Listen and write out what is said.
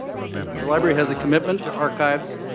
the library has a commitment to archives,